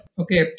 okay